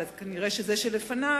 אלא כנראה זה שלפניו,